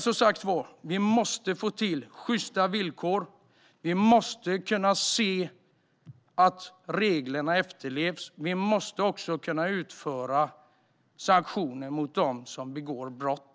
Som sagt måste vi få till sjysta villkor. Vi måste kunna se till att reglerna efterlevs. Vi måste också kunna ha sanktioner mot dem som begår brott.